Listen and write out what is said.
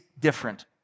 different